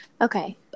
Okay